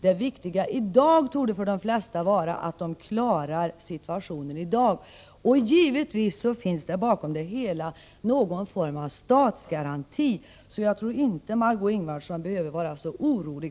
Det viktiga just nu torde för de flesta vara att de klarar situationen i dag. Givetvis finns det bakom det hela en form av statsgaranti. Jag tror därför inte att Margö Ingvardsson behöver vara så orolig.